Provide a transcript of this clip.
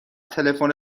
تلفن